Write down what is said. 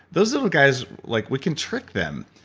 those little guys, like we can trick them.